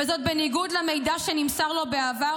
וזאת בניגוד למידע שנמסר לו בעבר,